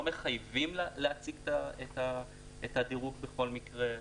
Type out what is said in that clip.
לא מחייבים להציג את הדירוג בכל מקרה,